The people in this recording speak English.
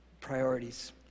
Priorities